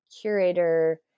curator